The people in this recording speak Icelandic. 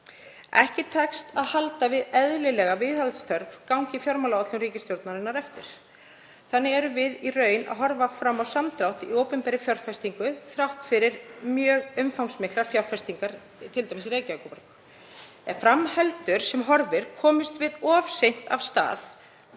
Ekki tekst að halda við eðlilegri viðhaldsþörf gangi fjármálaáætlun ríkisstjórnarinnar eftir. Þannig erum við í raun að horfa fram á samdrátt í opinberri fjárfestingu þrátt fyrir mjög umfangsmiklar fjárfestingar, t.d. í Reykjavík. Ef fram heldur sem horfir komumst við of seint af stað.